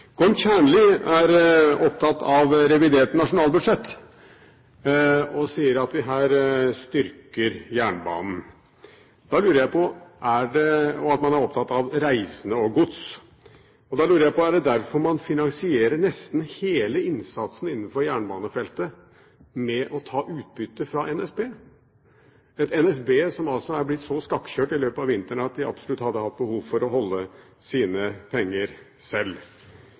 Gorm Kjernli er opptatt av revidert nasjonalbudsjett og sier at vi her styrker jernbanen, og at man er opptatt av reisende og gods. Da lurer jeg på: Er det derfor man finansierer nesten hele innsatsen innenfor jernbanefeltet med å ta utbytte fra NSB, et NSB som er blitt så skakkjørt i løpet av vinteren at de absolutt hadde hatt behov for å beholde sine penger selv?